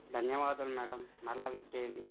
ధన్యవాదాలు మేడం మరలా విచ్చేయండి